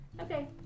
Okay